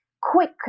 quick